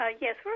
Yes